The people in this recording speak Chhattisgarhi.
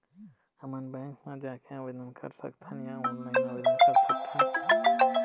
हमन बैंक मा जाके आवेदन कर सकथन या ऑनलाइन आवेदन कर सकथन?